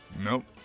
Nope